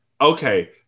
okay